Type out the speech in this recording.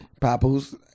Papoose